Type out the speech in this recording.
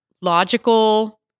logical